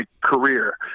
career